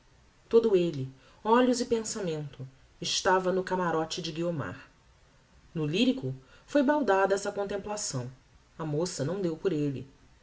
todo elle olhos e pensamento estava no camarote de guiomar no lyrico foi baldada essa comtemplação a moça não deu por elle